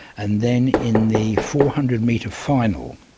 and then in the four hundred metre final,